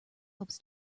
helps